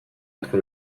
entre